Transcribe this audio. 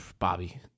Bobby